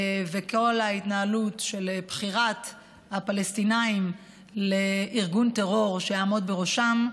וכל ההתנהלות של בחירת הפלסטינים בארגון טרור שיעמוד בראשם.